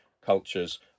cultures